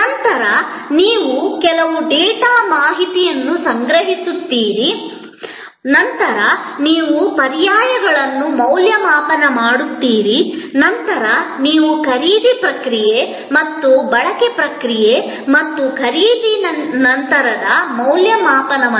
ನಂತರ ನೀವು ಕೆಲವು ಡೇಟಾ ಮಾಹಿತಿಯನ್ನು ಸಂಗ್ರಹಿಸುತ್ತೀರಿ ನಂತರ ನೀವು ಪರ್ಯಾಯಗಳನ್ನು ಮೌಲ್ಯಮಾಪನ ಮಾಡುತ್ತೀರಿ ನಂತರ ನೀವು ಖರೀದಿ ಪ್ರಕ್ರಿಯೆ ಮತ್ತು ಬಳಕೆ ಪ್ರಕ್ರಿಯೆ ಮತ್ತು ಖರೀದಿ ನಂತರದ ಮೌಲ್ಯಮಾಪನವನ್ನು ಹೊಂದಿರುತ್ತೀರಿ